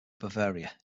bavaria